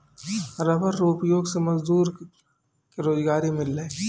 rubber रो उपयोग से मजदूर के रोजगारी मिललै